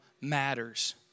matters